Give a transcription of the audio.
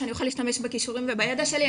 שאני אוכל להשתמש בכישורים ובידע שלי.